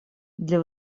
для